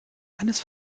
eines